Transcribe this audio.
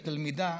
לתלמידה,